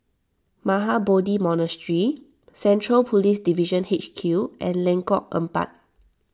Mahabodhi Monastery Central Police Division H Q and Lengkok Empat